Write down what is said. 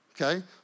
okay